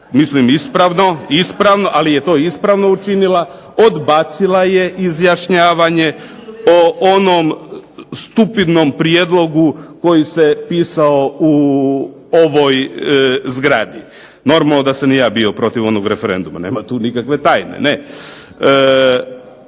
mislim ispravno, ali je to ispravno učinila, odbacila je izjašnjavanje o onom stupidnom prijedlogu koji se pisao u ovoj zgradi. Normalno da sam i ja bio protiv onog referenduma, nema tu nikakve tajne.